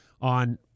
on